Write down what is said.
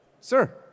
sir